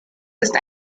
ist